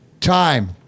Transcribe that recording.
time